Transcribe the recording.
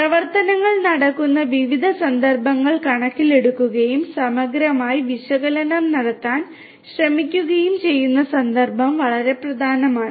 പ്രവർത്തനങ്ങൾ നടക്കുന്ന വിവിധ സന്ദർഭങ്ങൾ കണക്കിലെടുക്കുകയും സമഗ്രമായി വിശകലനം നടത്താൻ ശ്രമിക്കുകയും ചെയ്യുന്ന സന്ദർഭം വളരെ പ്രധാനമാണ്